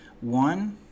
one